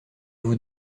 vous